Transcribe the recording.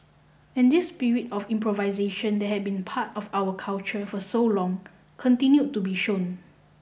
and this spirit of improvisation that had been part of our culture for so long continued to be shown